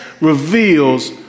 reveals